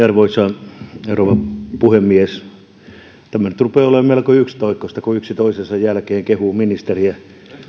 arvoisa rouva puhemies tämä nyt rupeaa olemaan melko yksitoikkoista kun yksi toisensa jälkeen kehuu ministeriä